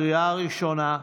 לקריאה ראשונה.